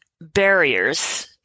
barriers